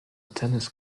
tennis